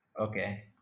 okay